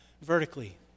vertically